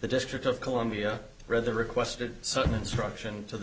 the district of columbia rather requested some instruction to the